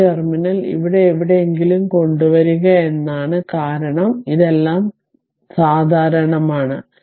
ഈ ടെർമിനൽ ഇവിടെ എവിടെയെങ്കിലും കൊണ്ടുവരിക എന്നാണ് കാരണം ഇതെല്ലാം സാധാരണമാണ്